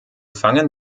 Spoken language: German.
fangen